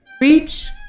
reach